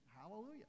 hallelujah